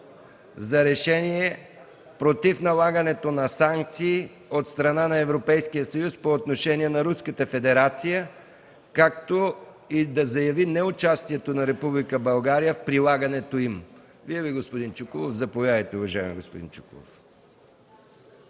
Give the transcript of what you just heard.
за решение против налагането на санкции от страна на Европейския съюз по отношение на Руската федерация, както и да заяви неучастието на Република България в прилагането им. Заповядайте, уважаеми господин Чуколов.